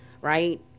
Right